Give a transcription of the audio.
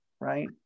right